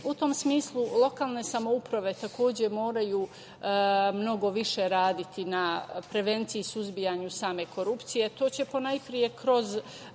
tom smislu, lokalne samouprave takođe moraju mnogo više raditi na prevenciji i suzbijanju same korupcije.